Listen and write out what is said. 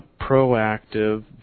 proactive